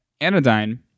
Anodyne